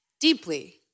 deeply